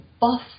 buff